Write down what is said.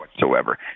whatsoever